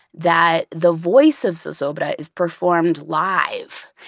that the voice of zozobra is performed live,